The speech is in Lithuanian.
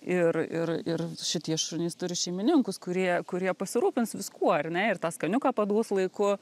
ir ir ir šitie šunys turi šeimininkus kurie kurie pasirūpins viskuo ar ne ir tą skaniuką paduos laiku